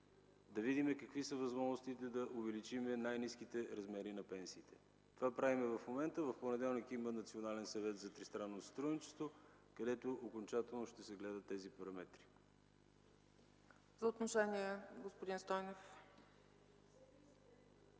да видим какви са възможностите да увеличим най-ниските размери на пенсиите. Това правим в момента. В понеделник има Национален съвет за тристранно сътрудничество, където окончателно ще се гледат тези параметри. ПРЕДСЕДАТЕЛ ЦЕЦКА ЦАЧЕВА: Господин Стойнев,